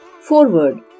Forward